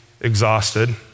exhausted